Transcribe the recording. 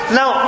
now